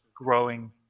growing